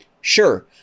sure